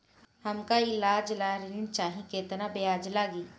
हमका ईलाज ला ऋण चाही केतना ब्याज लागी?